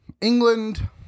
England